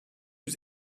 yüz